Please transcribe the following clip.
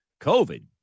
covid